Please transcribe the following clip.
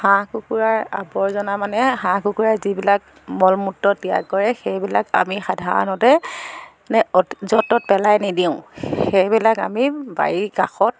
হাঁহ কুকুৰাৰ আবৰ্জনা মানে হাঁহ কুকুৰাই যিবিলাক মল মূত্ৰ ত্যাগ কৰে সেইবিলাক আমি সাধাৰণতে ইনেই য'ত ত'ত পেলাই নিদিওঁ সেইবিলাক আমি বাৰীৰ কাষত